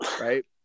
right